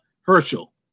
Herschel